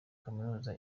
kaminuza